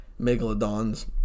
Megalodon's